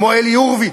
כמו אלי הורביץ.